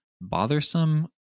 Bothersome